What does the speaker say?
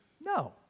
No